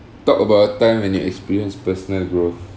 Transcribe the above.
talk about a time when you experience personal growth